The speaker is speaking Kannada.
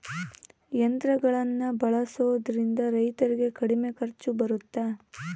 ಯಂತ್ರಗಳನ್ನ ಬಳಸೊದ್ರಿಂದ ರೈತರಿಗೆ ಕಡಿಮೆ ಖರ್ಚು ಬರುತ್ತಾ?